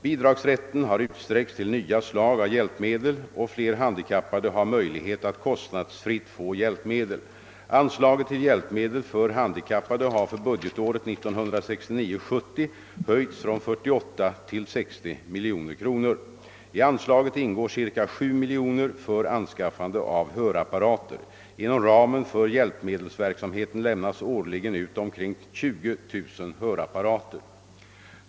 Bidragsrätten har utsträckts till nya slag av hjälpmedel, och fler handikappade har möjlighet att kostnadsfritt få hjälpmedel. Anslaget till hjälpmedel för handikappade har för budgetåret 1969/70 höjts från 48 till 60 miljoner kronor. I anslaget ingår ca 7 miljoner kronor för anskaffande av hörapparater. Inom ramen för hjälpmedelsverksamheten lämnas årligen ut omkring 20 000 hörapparater.